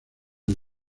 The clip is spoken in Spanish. del